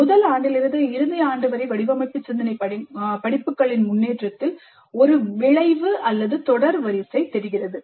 முதல் ஆண்டிலிருந்து இறுதி ஆண்டு வரை வடிவமைப்பு சிந்தனை படிப்புகளின் முன்னேற்றத்தில் ஒரு தொடர் வரிசை தெரிகிறது